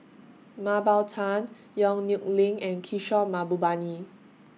Mah Bow Tan Yong Nyuk Lin and Kishore Mahbubani